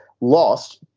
lost